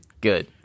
Good